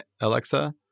Alexa